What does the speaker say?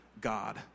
God